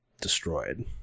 destroyed